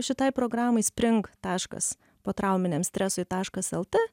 šitai programai spring taškas potrauminiam stresui taškas lt